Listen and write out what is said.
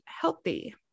healthy